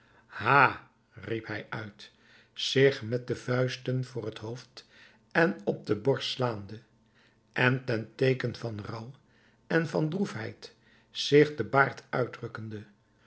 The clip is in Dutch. riep hij uit zich met de vuisten voor het hoofd en op de borst slaande en ten teeken van rouw en van droefheid zich den baard uitrukkende